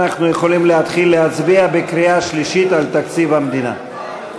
אנחנו יכולים להתחיל להצביע בקריאה שלישית על תקציב המדינה.